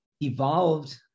evolved